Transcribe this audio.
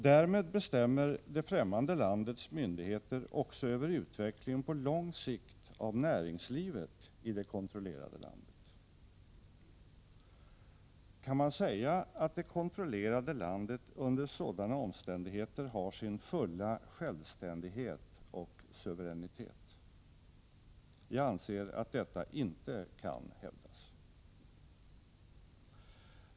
Därmed bestämmer det främmande landets myn digheter också på lång sikt utvecklingen av näringslivet i det kontrollerade landet. Kan man säga att det kontrollerade landet under sådana omständigheter har sin fulla självständighet och suveränitet? Jag anser att detta inte kan hävdas.